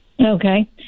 Okay